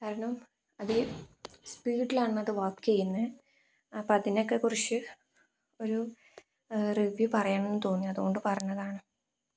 കാരണം അത് സ്പീഡിലാണ് അത് വോക്ക് ചെയ്യുന്നത് അപ്പോള് അതിനെയൊക്കെക്കുറിച്ച് ഒരു റിവ്യൂ പറയണമെന്ന് തോന്നി അതുകൊണ്ട് പറഞ്ഞതാണ്